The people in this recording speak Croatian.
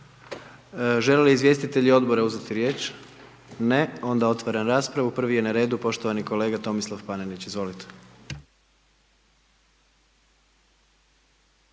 Žele li izvjestitelji odbora uzeti riječ? Ne, onda otvaram raspravu, prvi je na redu poštovani kolega Tomislav Panenić, izvolite.